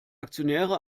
aktionäre